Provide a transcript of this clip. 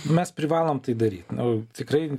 mes privalom tai daryti nu tikrai